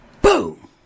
boom